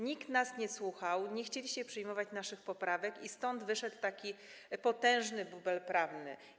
Nikt nas nie słuchał, nie chcieliście przyjmować naszych poprawek i stąd wyszedł taki potężny bubel prawny.